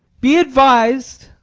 be advis'd.